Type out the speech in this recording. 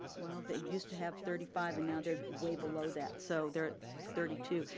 well they used to have thirty five and now they're way below that, so they're at thirty two.